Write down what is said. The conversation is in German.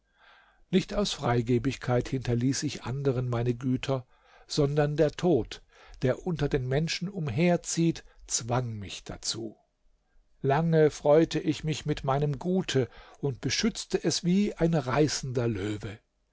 nicht aus freigebigkeit hinterließ ich anderen meine güter sondern der tod der unter den menschen umherzieht zwang mich dazu lange freute ich mich mit meinem gute und beschützte es wie ein reißender löwe